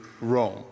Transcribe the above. Rome